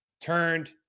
turned